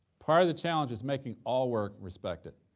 part of the challenge is making all work respected.